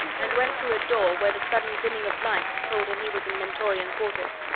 and went through a door where the sudden dimming of lights told him he was in mentorian quarters.